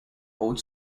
old